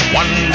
one